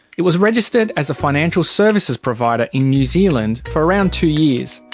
it was registered as a financial services provider in new zealand for around two years.